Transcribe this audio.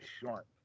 sharp